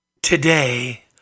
today